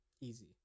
Easy